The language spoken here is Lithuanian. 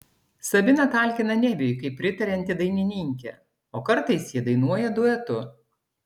sabina talkina neviui kaip pritarianti dainininkė o kartais jie dainuoja duetu